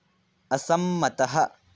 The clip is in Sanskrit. असम्मतः